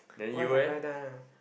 what have I done ah